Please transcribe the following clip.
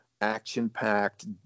action-packed